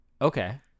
Okay